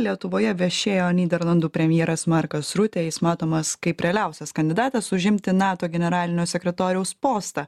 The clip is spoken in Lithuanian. lietuvoje viešėjo nyderlandų premjeras markas rutė jis matomas kaip realiausias kandidatas užimti nato generalinio sekretoriaus postą